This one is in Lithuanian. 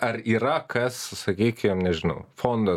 ar yra kas sakykim nežinau fondas